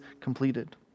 completed